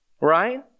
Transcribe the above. right